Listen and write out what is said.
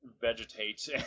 vegetate